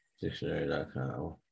dictionary.com